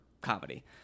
comedy